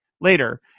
Later